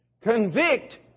convict